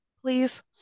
please